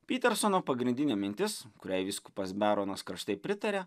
pitersono pagrindinė mintis kuriai vyskupas beronas karštai pritaria